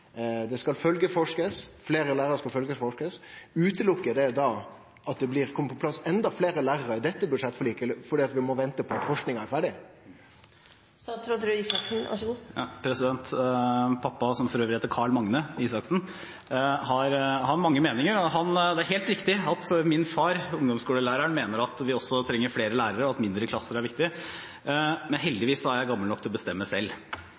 skal følgjeforske, forsøk med fleire lærarar skal bli følgjeforska. Hindrar det da at det kjem på plass enda fleire lærarar i dette budsjettforliket, fordi vi må vente på at forskinga er ferdig? Pappa, som for øvrig heter Carl Magne Isaksen, har mange meninger. Det er helt riktig at min far, ungdomsskolelæreren, mener at vi også trenger flere lærere, og at mindre klasser er viktig. Men heldigvis er jeg gammel nok til å bestemme selv,